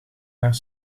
naar